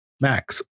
Max